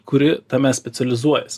kuri tame specializuojas